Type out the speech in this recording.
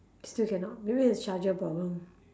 still cannot maybe it's charger problem